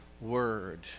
word